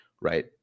right